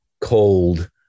cold-